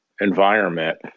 environment